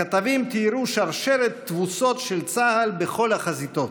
הכתבים תיארו שרשרת תבוסות של צה"ל בכל החזיתות.